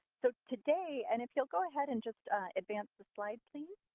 so, today and if you'll go ahead and just advance the slide, please.